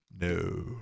no